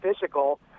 physical